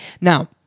Now